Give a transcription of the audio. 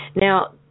Now